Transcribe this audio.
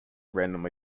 randomly